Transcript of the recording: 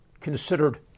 considered